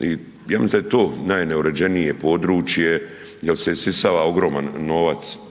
i ja mislim da je to najneuređenije područje jer se isisava ogroman novac